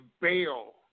bail